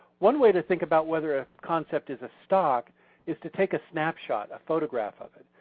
one way to think about whether a concept is a stock is to take a snapshot, a photograph of it.